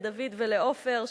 לדוד ולעופר,